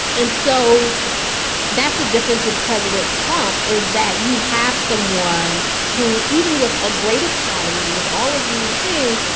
and so that's a difference with president trump is that you have someone who, even with a great economy, with all of these things,